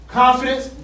confidence